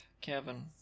Kevin